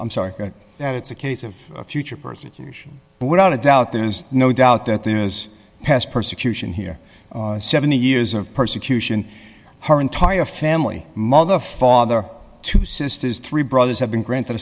i'm sorry that it's a case of future persecution but without a doubt there is no doubt that there is past persecution here seventy years of persecution her entire family mother father two sisters three brothers have been granted